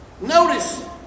Notice